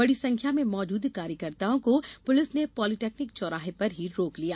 बड़ी संख्या में मौजूद कार्यकर्ताओं को पुलिस ने पालीटेकनिक चौराहे पर ही रोक लिया